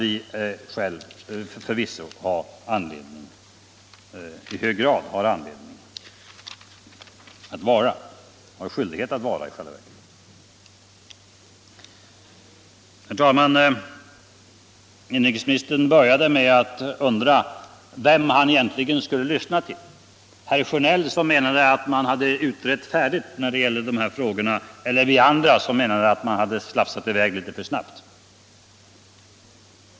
Industriministern började sitt anförande med att undra vem han egentligen skulle lyssna till: herr Sjönell, som menade att man hade utrett färdigt när det gäller de här frågorna, eller oss andra, som menade att man hade rusat i väg litet för snabbt.